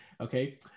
okay